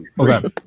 okay